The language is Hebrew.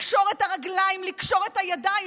לקשור את הרגליים, לקשור את הידיים.